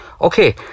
Okay